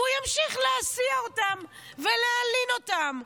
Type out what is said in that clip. והוא ימשיך להסיע אותם ולהלין אותם.